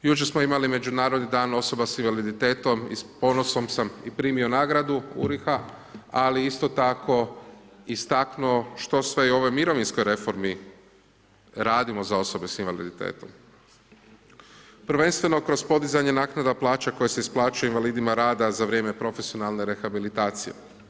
Jučer smo imali Međunarodni dan osoba s invaliditetom i s ponosom sam i primio nagradu URIH-a ali isto tako istaknuo što sve i u ovoj mirovinskoj reformi radimo za osobe s invaliditetom, prvenstveno kroz podizanje naknada plaća koje se isplaćuju invalidima rada za vrijeme profesionalne rehabilitacije.